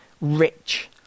rich